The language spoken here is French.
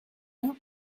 rien